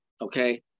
Okay